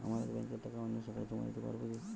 আমার এক ব্যাঙ্কের টাকা অন্য শাখায় জমা দিতে পারব কি?